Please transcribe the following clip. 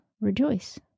Rejoice